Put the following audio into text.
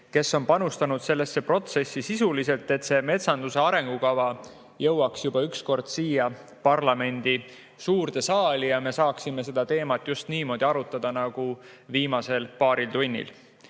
kes on panustanud sellesse protsessi sisuliselt, et see metsanduse arengukava jõuaks juba ükskord siia parlamendi suurde saali ja me saaksime seda teemat just niimoodi arutada nagu viimasel paaril tunnil.